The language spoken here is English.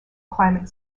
climate